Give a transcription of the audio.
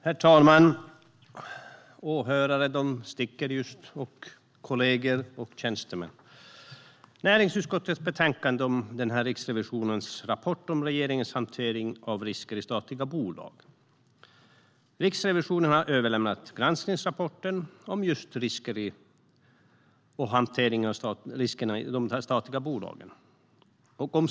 Herr talman, åhörare, som just nu ger sig av, kollegor och tjänstemän! Vi diskuterar näringsutskottets betänkande om Riksrevisionens rapport om regeringens hantering av risker i statliga bolag. Riksrevisionen har överlämnat en granskningsrapport om just risker i de statliga bolagen.